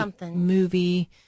movie